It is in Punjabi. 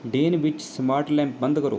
ਡੇਨ ਵਿੱਚ ਸਮਾਰਟ ਲੈਂਪ ਬੰਦ ਕਰੋ